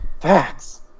Facts